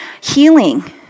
healing